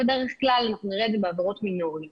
בדרך כלל אנחנו נראה את זה בעבירות מינוריות